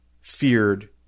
feared